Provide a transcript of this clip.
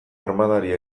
armadari